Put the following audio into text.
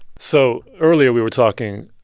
so earlier, we were talking.